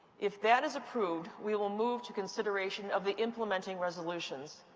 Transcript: if that is approved, we will move to consideration of the implementing resolutions.